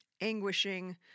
anguishing